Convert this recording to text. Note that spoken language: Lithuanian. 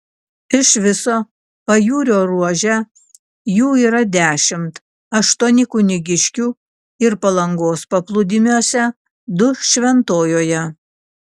iš viso pajūrio ruože jų yra dešimt aštuoni kunigiškių ir palangos paplūdimiuose du šventojoje